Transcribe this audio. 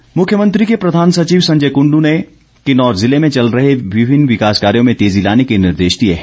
कुंडू मुख्यमंत्री के प्रधान सचिव संजय कुंडू ने किन्नौर जिले में चल रहे विभिन्न विकास कार्यों में तेजी लाने के निर्देश दिए है